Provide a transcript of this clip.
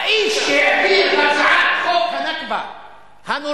האיש שהעביר את הצעת חוק הנכבה הנוראה,